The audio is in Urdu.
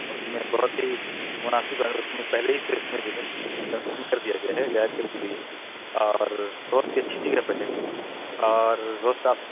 اس میں بہت ہی مناسب اگر اس میں پہلے ہی اس کیس میں جو ہے کنسیشن کر دیا گیا ہے رعایت کر دی گئی ہے اور بہت ہی اچھی جگہ پہ ہے اور بہت صاف